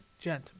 gentlemen